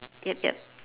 yup yup